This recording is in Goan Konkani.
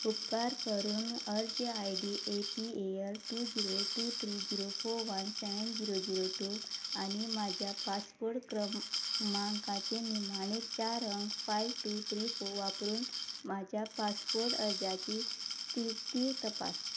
उपकार करून अर्ज I D A P A L two zero two three zero four one seven zero zero two आनी म्हाज्या पासपोर्ट क्रमांकाचे निमाणे चार अंक फायव टू त्री फोर वापरून म्हाज्या पासपोर्ट अर्जाची स्थिती तपास